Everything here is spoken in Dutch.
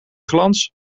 glans